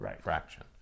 fraction